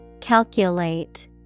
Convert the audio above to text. Calculate